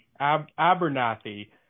Abernathy